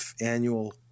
annual